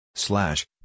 Slash